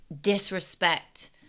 disrespect